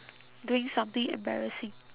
doing something embarrassing